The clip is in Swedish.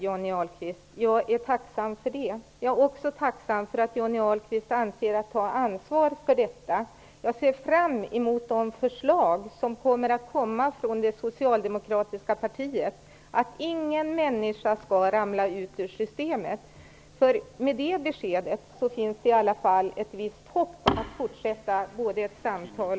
Jag är tacksam för det. Jag är också tacksam för att Johnny Ahlqvist avser att ta ansvar för detta. Jag ser fram emot de förslag som kommer att läggas fram av det socialdemokratiska partiet, att ingen människa skall ramla ut ur systemet. Med det beskedet finns det i alla fall ett visst hopp om ett fortsatt samtal.